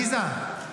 עליזה,